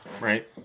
right